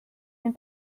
den